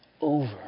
over